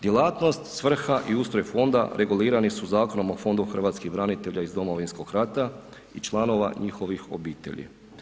Djelatnost, svrha i ustroj fonda regulirani su Zakonom o fondu hrvatskih branitelja iz Domovinskog rata i članova njihovih obitelji.